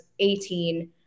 18